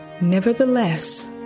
Nevertheless